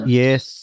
yes